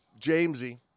Jamesy